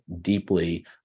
deeply